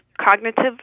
cognitive